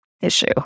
issue